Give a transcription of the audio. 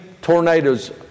tornadoes